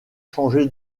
changé